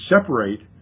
separate